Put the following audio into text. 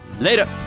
Later